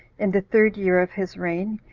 in the third year of his reign,